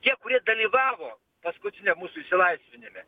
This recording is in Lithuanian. tie kurie dalyvavo paskutiniam mūsų išsilaisvinime